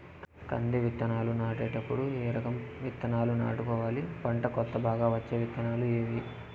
కంది విత్తనాలు నాటేటప్పుడు ఏ రకం విత్తనాలు నాటుకోవాలి, పంట కోత బాగా వచ్చే విత్తనాలు ఏవీ?